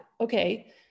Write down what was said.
okay